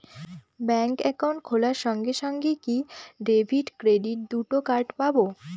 Bank account খোলার সঙ্গে সঙ্গে কি ডেবিট ক্রেডিট দুটো কার্ড পাবো?